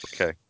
okay